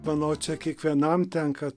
manau čia kiekvienam tenka